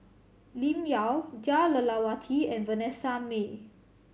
Lim Yau Jah Lelawati and Vanessa Mae